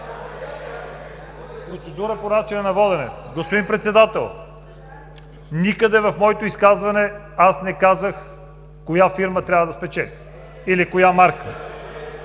Процедура по начина на водене. Господин Председател, никъде в моето изказване аз не казах коя фирма трябва да спечели или коя марка.